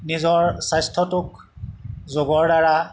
নিজৰ স্বাস্থ্যটোক যোগৰ দ্বাৰা